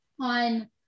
on